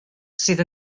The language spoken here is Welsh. sydd